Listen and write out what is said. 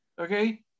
okay